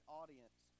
audience